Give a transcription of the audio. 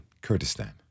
Kurdistan